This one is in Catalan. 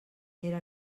era